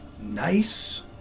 nice